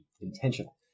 intentional